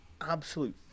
absolute